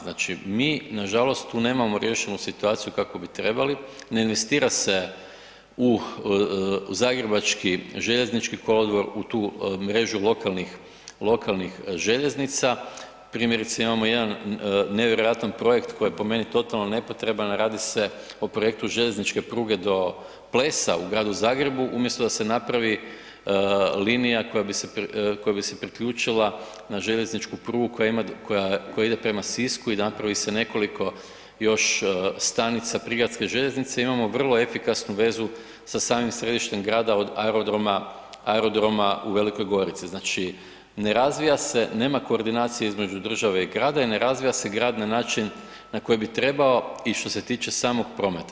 Znači, mi nažalost tu nemamo riješenu situaciju kako bi trebali, ne investira se u zagrebački željeznički kolodvor, u tu mrežu lokalnih željeznica, primjerice imamo jedan nevjerojatan projekt koji je po meni totalno nepotreban a radi se projektu željezničke pruge do Plesa u gradu Zagrebu umjesto da se napravi linija koja bi se priključila na željezničku prugu koja ide prema Sisku i napravi se nekoliko još stanica prigradske željeznice, imamo vrlo efikasnu vezu sa samim središtem grada od aerodrom u Velikoj Gorici, znači ne razvija, nema koordinacije između države i grada i ne razvija se grad na način na koji bi trebao i što se tiče samog prometa.